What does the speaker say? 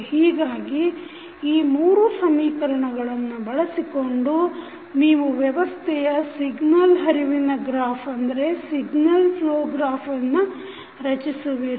ಹೀಗಾಗಿ ಈ 3 ಸಮೀಕರಣಗಳನ್ನು ಬಳಸಿಕೊಂಡು ನೀವು ವ್ಯವಸ್ಥೆಯ ಸಿಗ್ನಲ್ ಹರಿವಿನ ಗ್ರಾಫ್ ಅನ್ನು ರಚಿಸುವಿರಿ